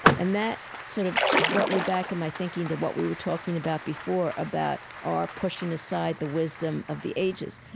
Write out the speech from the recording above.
and that sort of brought me back in my thinking to what we were talking about before, about our pushing aside the wisdom of the ages.